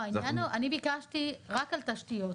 אני ביקשתי רק על תשתיות.